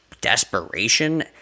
desperation